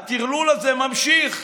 הטרלול הזה ממשיך.